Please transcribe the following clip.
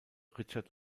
richard